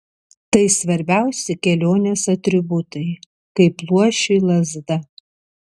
tai svarbiausi kelionės atributai kaip luošiui lazda